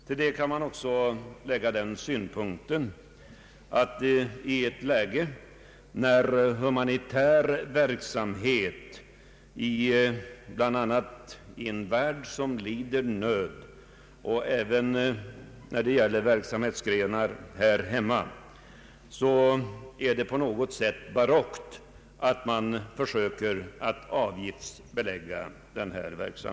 Jag kan tillägga den synpunkten att det är på något sätt barockt att man försöker avgiftsbelägga humanitär verksamhet i en värld som lider nöd — och även sådan verksamhet här hemma.